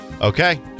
Okay